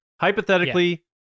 Hypothetically